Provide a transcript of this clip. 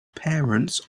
parents